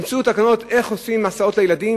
יוציאו תקנות איך עושים הסעות לילדים,